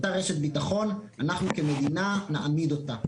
אנחנו כמדינה נעמיד אותה.